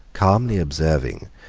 calmly observing,